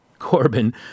Corbyn